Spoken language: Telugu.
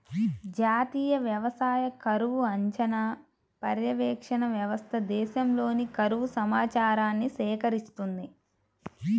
జాతీయ వ్యవసాయ కరువు అంచనా, పర్యవేక్షణ వ్యవస్థ దేశంలోని కరువు సమాచారాన్ని సేకరిస్తుంది